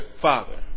father